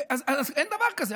אין דבר כזה.